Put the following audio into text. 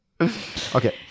Okay